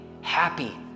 happy